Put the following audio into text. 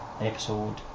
episode